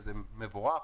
וזה מבורך.